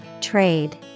Trade